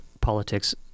politics